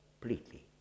Completely